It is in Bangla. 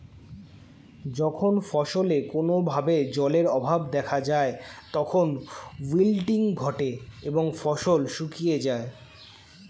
যখন ফসলে কোনো ভাবে জলের অভাব দেখা যায় তখন উইল্টিং ঘটে এবং ফসল শুকিয়ে যায়